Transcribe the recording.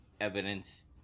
evidence